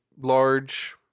large